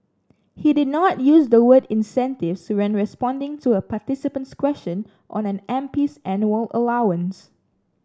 he did not use the word incentives when responding to a participant's question on an M P's annual allowance